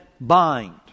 bind